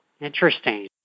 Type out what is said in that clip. Interesting